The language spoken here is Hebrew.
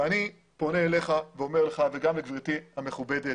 אני פונה אליך, וגם לגברתי המכובדת,